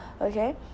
okay